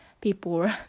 people